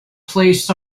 placed